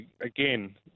again